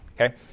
okay